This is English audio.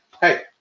Hey